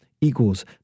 Equals